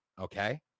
okay